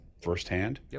firsthand